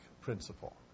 principle